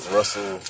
Russell